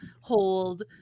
hold